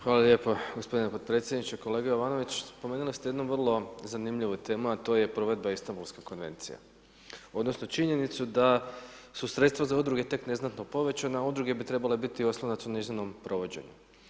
Hvala lijepo g. potpredsjedniče, kolega Jovanović, spomenuli ste jednu vrlo zanimljivu temu, a to je provedba Istanbulske konvencije, odnosno, činjenicu da su sredstva za udruge tek neznatno povećane a udruge bi trebale biti oslonac u njezinom provođenju.